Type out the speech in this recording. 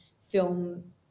film